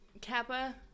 kappa